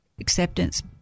acceptance